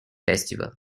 festival